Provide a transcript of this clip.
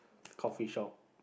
coffee shop